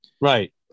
Right